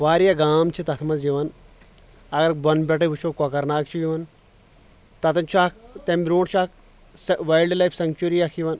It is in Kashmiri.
واریاہ گام چھِ تتھ منٛز یِوان اگر بۄنہٕ پٮ۪ٹھے وٕچھو کۄکر ناگ چھُ یِوان تتین چھُ اکھ تمہِ برٛونٛٹھ چھُ اکھ سہ وایلڈٕ لایف سیٚنکچری اکھ یِوان